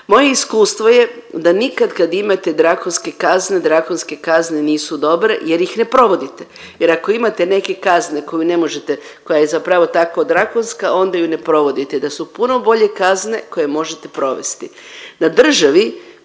Moje iskustvo je da nikad kad imate drakonske kazne, drakonske kazne nisu dobre jer ih ne provodite jer ako imate neke kaznu koju ne možete koja je zapravo tako drakonska onda ju ne provodite, da su puno bolje kazne koje možete provesti. Na državi